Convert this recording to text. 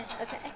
Okay